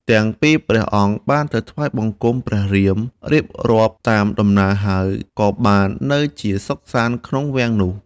ទាំងពីរព្រះអង្គ បានទៅថ្វាយបង្គំព្រះរៀម រៀបរាប់តាម ដំណើរហើយ ក៏បាននៅជាសុខសាន្តក្នុងវាំងនោះ។